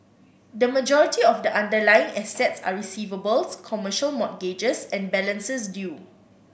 the majority of the underlying assets are receivables commercial mortgages and balances due